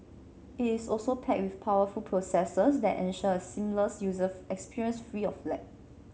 it is also packed with powerful processors that ensure a seamless user experience free of lag